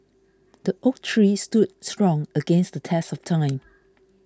the oak tree stood strong against the test of time